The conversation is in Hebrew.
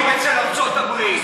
נכון שאתם עובדים אצל ארצות הברית.